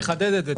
אני אחדד את זה.